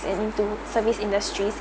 and into service industries